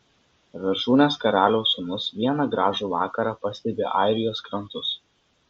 viršūnės karaliaus sūnus vieną gražų vakarą pastebi airijos krantus